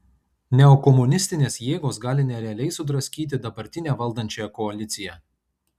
neokomunistinės jėgos gali nerealiai sudraskyti dabartinę valdančiąją koaliciją